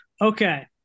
Okay